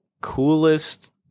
coolest